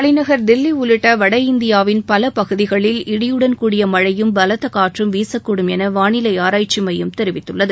தலைநகர் தில்லி உள்ளிட்ட வட இந்தியாவின் பல பகுதிகளில் இடியுடன் கூடிய மழையும் பலத்த காற்றம் வீசக்கூடும் என வானிலை ஆராய்ச்சி மையம் தெரிவித்துள்ளது